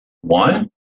One